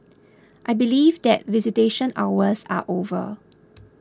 I believe that visitation hours are over